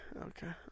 Okay